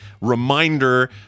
reminder